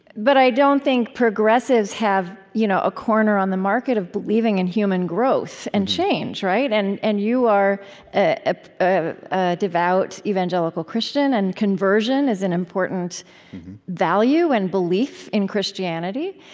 but i don't think progressives have you know a corner on the market of believing in human growth and change and and you are a ah a devout evangelical christian, and conversion is an important value and belief in christianity.